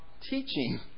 teaching